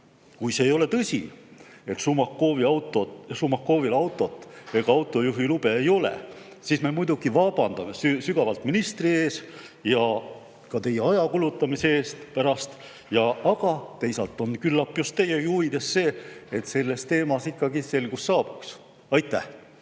Kui see ei ole tõsi, et Šumakovil autot ega autojuhilube ei ole, siis me muidugi vabandame sügavalt ministri ees ka teie aja kulutamise pärast, aga teisalt on küllap just teiegi huvides see, et selles teemas ikkagi selgus saabuks. Suur